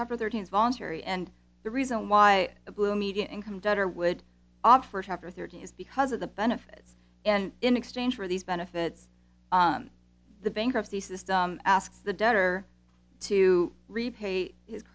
chapter thirteen is voluntary and the reason why a blue median income debtor would opt for chapter thirteen is because of the benefits and in exchange for these benefits the bankruptcy system asks the debtor to repay his